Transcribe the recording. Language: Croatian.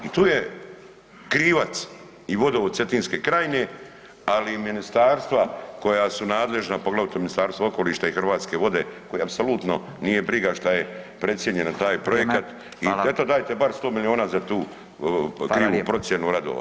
I tu je krivac i vodovod cetinske krajine, ali i ministarstva koja su nadležna, poglavito Ministarstvo okoliša i Hrvatske vode koje apsolutno nije briga šta je precijenjen taj projekat [[Upadica: Vrijeme, fala]] i eto dajte bar 100 milijona za tu krivu procjenu radova.